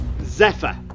Zephyr